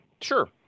sure